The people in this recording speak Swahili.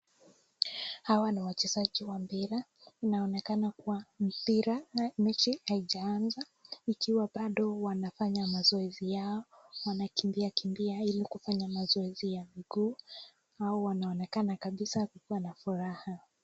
Hawa ni wachezaji wa mpira, inaonekana kuwa mechi haijaanza ikiwa bado wanafanya mazoezi yao ,wanakimbia kimbia ili kufanya mazoezi ya miguu, hao wanaonekana kabisa kukuwa na furaha.